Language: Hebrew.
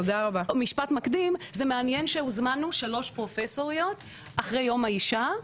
משפט מקדים זה מעניין שהוזמנו שלוש פרופסוריות אחרי יום האישה,